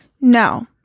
No